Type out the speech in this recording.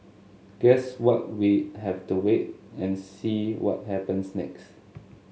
guess what we have to wait and see what happens next